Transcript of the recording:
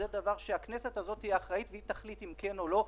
הוא דבר שהכנסת הזאת תהיה אחראית והיא תחליט אם כן או לא,